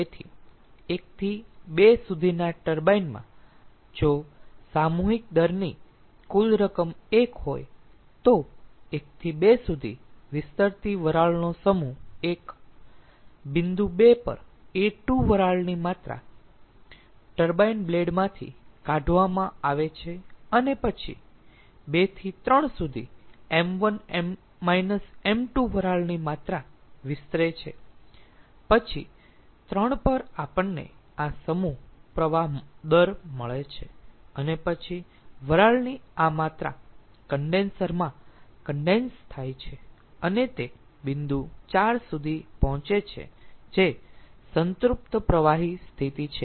તેથી 1 થી 2 સુધીના ટર્બાઇન માં જો ̇સામૂહિક પ્રવાહ દરની કુલ રકમ 1 હોય તો 1 થી 2 સુધી વિસ્તરતી વરાળનો સમૂહ ̇1 બિંદુ 2 પર a2 વરાળની માત્રા ટર્બાઇન બ્લેડમાંથી કાઢવામાં આવે છે અને પછી 2 થી 3 સુધી ̇ṁ1 ṁ2 વરાળની માત્રા વિસ્તરે છે પછી 3 પર આપણને આ સમૂહ પ્રવાહ દર મળે છે અને પછી વરાળની આ માત્રા કન્ડેન્સર માં કન્ડેન્સ થાય છે અને તે બિંદુ 4 સુધી પહોંચે છે જે સંતૃપ્ત પ્રવાહી સ્થિતિ છે